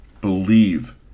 believe